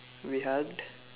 we hugged